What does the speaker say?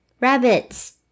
Rabbits